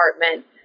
apartment